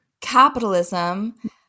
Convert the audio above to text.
capitalism